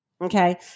Okay